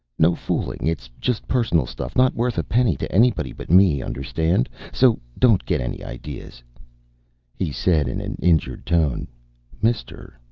no fooling, it's just personal stuff. not worth a penny to anybody but me, understand? so don't get any ideas he said in an injured tone mister,